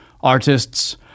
artists